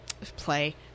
play